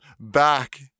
back